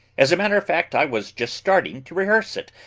as a matter of fact, i was just starting to rehearse it,